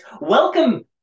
Welcome